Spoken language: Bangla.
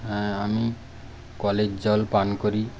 হ্যাঁ আমি কলের জল পান করি